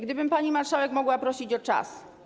Gdybym, pani marszałek, mogła prosić o czas.